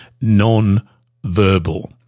non-verbal